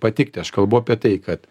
patikti aš kalbu apie tai kad